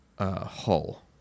Hull